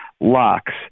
Locks